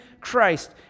Christ